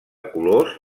colors